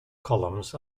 columns